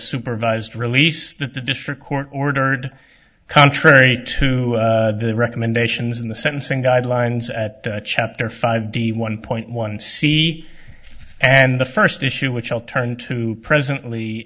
supervised release that the district court ordered contrary to the recommendations in the sentencing guidelines at chapter five d one point one c and the first issue which i'll turn to presently